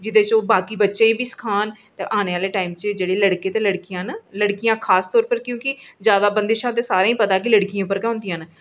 ते जेह्दे च बाकी बच्चें गी बी सक्खान ते औने आह्ले टैम च लड़के ते लड़कियें गी लड़कियां ते खास तौर पर क्योंकि सारें गी पता ऐ की सारियां पबंदिय़ां लड़कियें पर गै होंदियां न